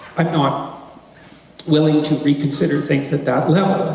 i'm not willing to reconsider things at that level,